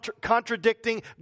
contradicting